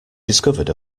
discovered